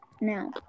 Now